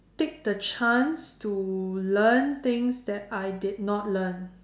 take the chance to learn things that I did not learn